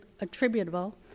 attributable